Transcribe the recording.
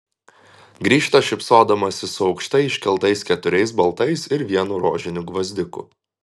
grįžta šypsodamasi su aukštai iškeltais keturiais baltais ir vienu rožiniu gvazdiku